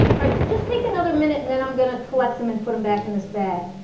alright so just take another minute and then i'm gonna collect them and put them back in this bag